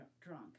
drunk